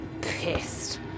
pissed